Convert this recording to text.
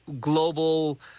global